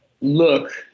look